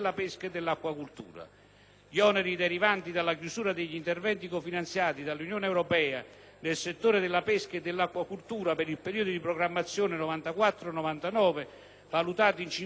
Gli oneri derivanti dalla chiusura degli interventi cofinanziati dall'Unione europea nel settore della pesca e dell'acquacoltura, per il periodo di programmazione dal 1994 al 1999, valutati in 50 milioni di euro,